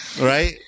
right